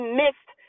missed